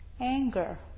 anger